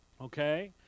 Okay